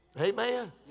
Amen